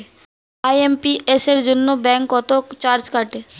IMPS এর জন্য bank কত চার্জ কাটে?